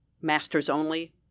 master's-only